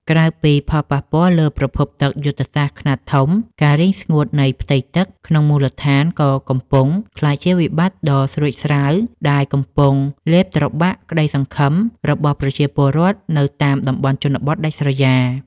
ក្រៅពីផលប៉ះពាល់លើប្រភពទឹកយុទ្ធសាស្ត្រខ្នាតធំ ការរីងស្ងួតនៃផ្ទៃទឹកក្នុងមូលដ្ឋានក៏កំពុងក្លាយជាវិបត្តិដ៏ស្រួចស្រាវដែលកំពុងលេបត្របាក់ក្តីសង្ឃឹមរបស់ប្រជាពលរដ្ឋនៅតាមតំបន់ជនបទដាច់ស្រយាល។